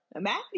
Matthew